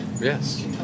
Yes